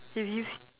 he's